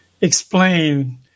explain